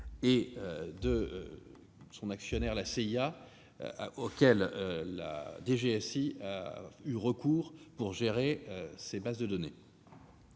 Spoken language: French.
et de son actionnaire, la CIA, la DGSI y ayant eu recours pour gérer ses bases de données.